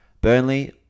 Burnley